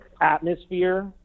atmosphere